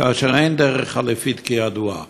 כאשר אין דרך חלופית, כידוע.